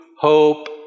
hope